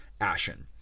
ashen